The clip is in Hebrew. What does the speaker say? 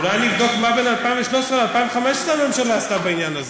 אולי אני אבדוק מה בין 2013 ל-2015 הממשלה עשתה בעניין הזה.